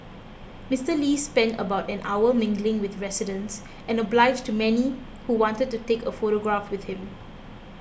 Mister Lee spent about an hour mingling with residents and obliged many who wanted to take a photograph with him